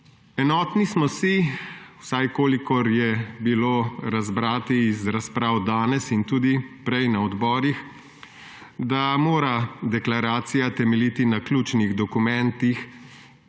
Enotni smo si, vsaj kolikor je bilo razbrati iz razprav danes in tudi prej na odborih, da mora deklaracija temeljiti na ključnih dokumentih,